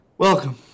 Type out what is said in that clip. welcome